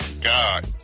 God